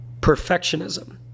perfectionism